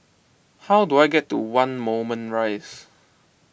how do I get to one Moulmein Rise